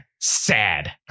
Sad